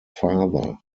father